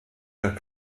der